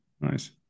nice